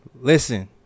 Listen